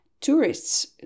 Tourists